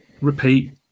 repeat